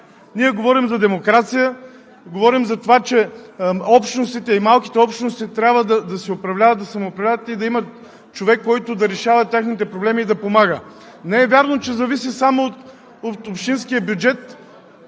Ние говорим за демокрация, говорим за това, че малките общности трябва да се самоуправляват и да имат човек, който да решава техните проблеми и да помага. Не е вярно, че зависи само от общинския бюджет